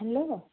hello